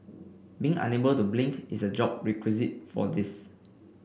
being unable to blink is a job requisite for this